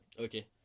Okay